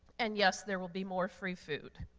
and yes, there will be more free food.